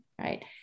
right